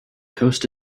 coast